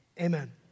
Amen